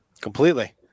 Completely